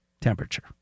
temperature